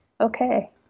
okay